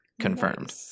confirmed